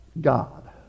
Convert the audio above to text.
God